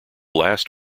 last